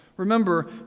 Remember